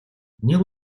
нэг